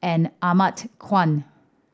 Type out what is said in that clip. and Ahmad Khan